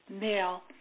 male